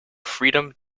freedom